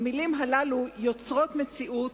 המלים האלה יוצרות מציאות,